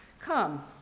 Come